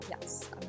yes